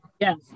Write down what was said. Yes